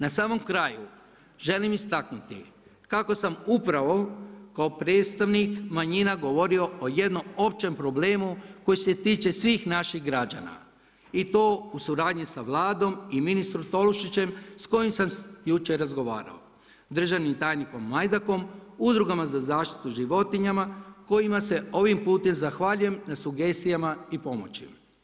Na samom kraju želim istaknuti kako sam upravo kao predstavnik manjina govorio o jednom općem problemu koji se tiče svih naših građana i to u suradnji sa Vladom i ministrom Tolušićem s kojim sam jučer razgovarao, državnim tajnikom Majdakom, udrugama za zaštitu životinja kojima se ovim putem zahvaljujem na sugestijama i pomoći.